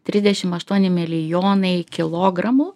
trisdešimt aštuoni milijonai kilogramų